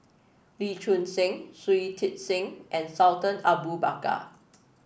Lee Choon Seng Shui Tit Sing and Sultan Abu Bakar